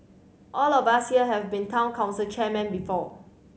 all of us here have been Town Council chairmen before